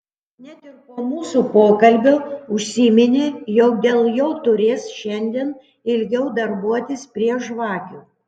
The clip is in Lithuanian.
net ir po mūsų pokalbio užsiminė jog dėl jo turės šiandien ilgiau darbuotis prie žvakių